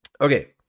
Okay